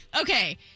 Okay